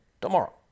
tomorrow